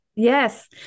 Yes